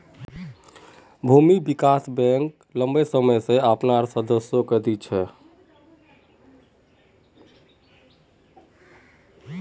भूमि विकास बैंक लम्बी सम्ययोत लोन अपनार सदस्यक दी छेक